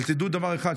אבל תדעו דבר אחד,